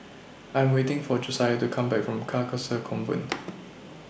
I Am waiting For Josiah to Come Back from Carcasa Convent